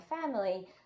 family